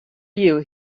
you